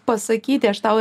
pasakyti aš tau